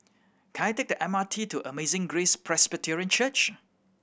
can I take the M R T to Amazing Grace Presbyterian Church